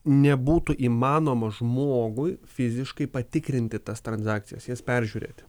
nebūtų įmanoma žmogui fiziškai patikrinti tas transakcijas jas peržiūrėti